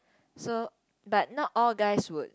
so but not all guys would